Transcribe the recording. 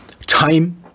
Time